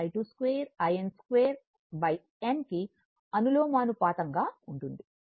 in 2 n కి అనులోమానుపాతంగా ఉంటుంది